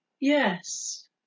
Yes